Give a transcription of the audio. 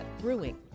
Brewing